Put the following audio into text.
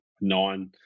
nine